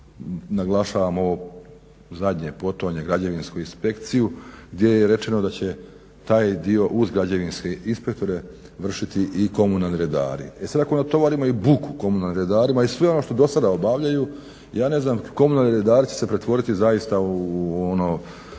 Naglašavam ovo zadnje, potonje, građevinsku inspekciju gdje je rečeno da će taj dio uz građevinske inspektore vršiti i komunalni redari. E sada ako natovarimo i buku komunalnim redarima i sve ono što do sada obavljaju ja ne znam, komunalni redari će se pretvoriti zaista u ono